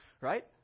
right